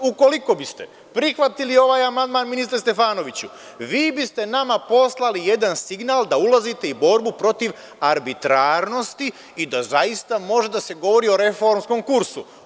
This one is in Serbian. Ukoliko biste prihvatili ovaj amandman, ministre Stefanoviću, vi biste nama poslali jedan signal da ulazite i u borbu protiv arbitrarnosti i da zaista može da se govori o reformskom kursu.